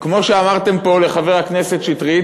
כמו שאמרתם פה לחבר הכנסת שטרית,